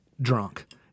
drunk